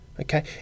okay